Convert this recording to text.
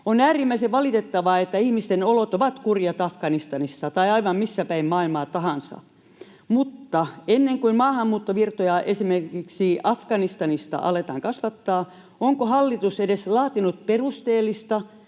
On äärimmäisen valitettavaa, että ihmisten olot ovat kurjat Afganistanissa, tai aivan missä päin maailmaa tahansa, mutta ennen kuin maahanmuuttovirtoja esimerkiksi Afganistanista aletaan kasvattaa, onko hallitus edes laatinut perusteellista